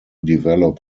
develop